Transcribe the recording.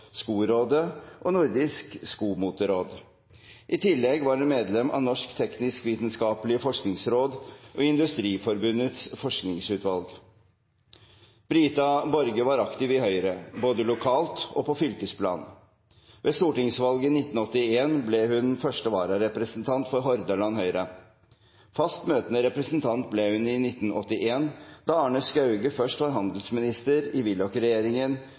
og Nordisk Skomoderåd. I tillegg var hun medlem av Norges Teknisk-Naturvitenskapelige Forskningsråd og Industriforbundets forskningsutvalg. Brita Borge var aktiv i Høyre både lokalt og på fylkesplan. Ved stortingsvalget i 1981 ble hun første vararepresentant for Hordaland Høyre. Fast møtende representant ble hun i 1981, da Arne Skauge først var handelsminister i